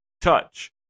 touch